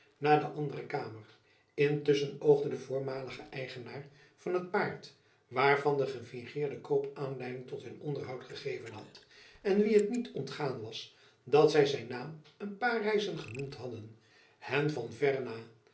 naar de andere kamer intusschen oogde de voormalige eigenaar van het paard waarvan de gefingeerde verkoop aanleiding tot hun onderhoud gegeven had en wien het niet ontgaan was dat zy zijn naam een jacob van lennep elizabeth musch paar reizen genoemd hadden hen van verre